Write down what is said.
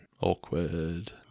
Awkward